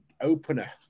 opener